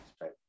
right